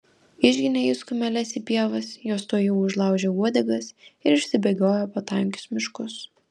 išginė jis kumeles į pievas jos tuojau užlaužė uodegas ir išsibėgiojo po tankius miškus